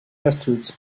destruïts